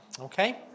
Okay